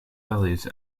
valleys